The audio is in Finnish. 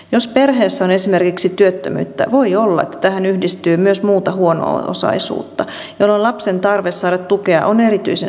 jos perheessä on esimerkiksi työttömyyttä voi olla että tähän yhdistyy myös muuta huono osaisuutta jolloin lapsen tarve saada tukea on erityisen suuri